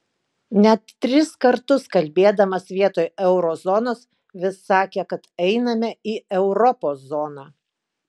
net tris kartus kalbėdamas vietoj euro zonos vis sakė kad einame į europos zoną